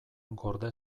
gorde